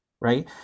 right